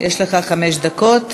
יש לך חמש דקות.